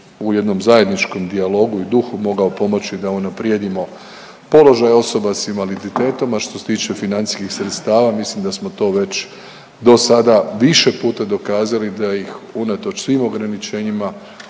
u jednom zajedničkom dijalogu i duhu mogao pomoći da unaprijedimo položaj osoba s invaliditetom, a što se tiče financijskih sredstava, mislim da smo to već do sada više puta dokazali da ih unatoč svim ograničenjima